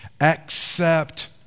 Accept